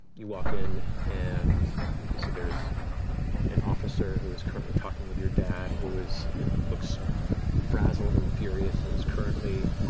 you walk in and you can see there is an officer who is currently talking with your dad who looks frazzled and furious and is currently